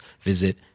visit